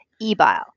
e-bile